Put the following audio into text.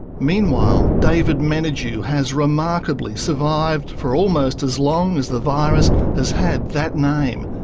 meanwhile, david menadue has, remarkably, survived for almost as long as the virus has had that name,